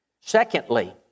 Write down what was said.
Secondly